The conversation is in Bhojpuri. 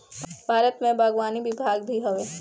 भारत में बागवानी विभाग भी हवे